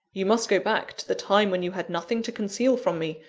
you must go back to the time when you had nothing to conceal from me,